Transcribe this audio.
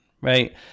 right